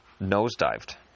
nosedived